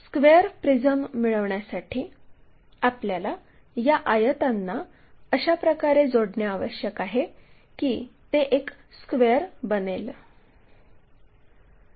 square prism मिळविण्यासाठी आपल्याला या आयतांना अशा प्रकारे जोडणे आवश्यक आहे की ते एक स्क्वेअर बनेल